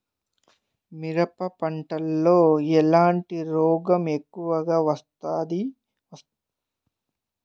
మిరప పంట లో ఎట్లాంటి రోగం ఎక్కువగా వస్తుంది? ఎలా అరికట్టేది?